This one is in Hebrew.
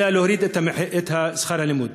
אלא להוריד את שכר הלימוד.